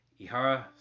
Ihara